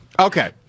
Okay